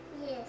Yes